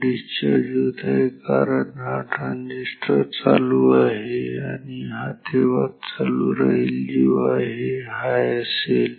ते डिस्चार्ज होत आहे कारण हा ट्रांजिस्टर चालू आहे आणि हा तेव्हाच चालू राहील जेव्हा हे हाय असेल